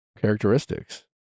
characteristics